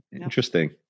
interesting